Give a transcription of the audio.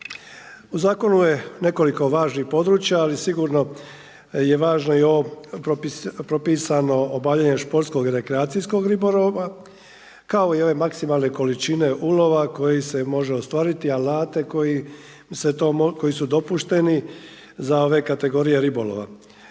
U zakonu je nekoliko važnih područja ali sigurno je važno i ovo propisano obavljanje športskog rekreacijskog ribolova kao i ove maksimalne količine ulova koji se može ostvariti, alate koji su dopušteni za ove kategorije ribolova.